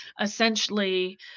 essentially